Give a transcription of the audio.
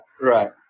right